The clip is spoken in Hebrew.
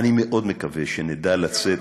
אני מאוד מקווה שנדע לצאת,